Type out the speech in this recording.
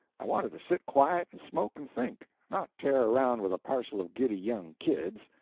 i wanted to sit quiet, and smoke and think not tear around with a parcel of giddy young kids.